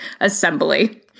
Assembly